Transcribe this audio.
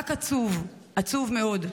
רק עצוב מאוד.